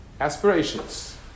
aspirations